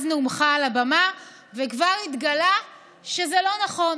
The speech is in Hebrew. נאומך על הבמה וכבר התגלה שזה לא נכון.